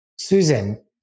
Susan